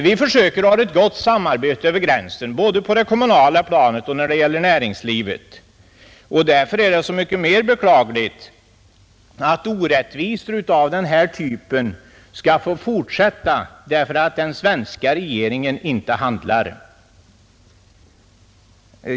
Vi försöker ha ett gott samarbete över gränsen, både på det kommunala planet och när det gäller näringslivet, och därför är det så mycket mer beklagligt att orättvisor av den här typen kan få fortsätta därför att den svenska regeringen inte handlar.